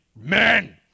men